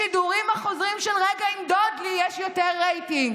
לשידורים החוזרים של רגע עם דודלי יש יותר רייטינג.